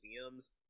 museums